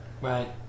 Right